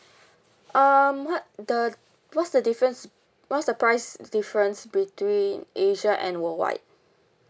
um what the what's the difference what's the price difference between asia and worldwide